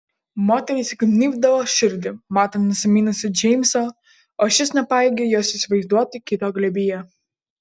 moteriai sugnybdavo širdį matant nusiminusį džeimsą o šis nepajėgė jos įsivaizduoti kito glėbyje